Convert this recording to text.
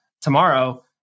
tomorrow